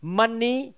money